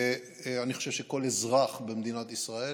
ואני חושב שכל אזרח במדינת ישראל